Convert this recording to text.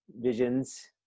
visions